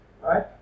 right